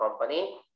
company